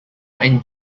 and